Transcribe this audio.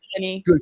good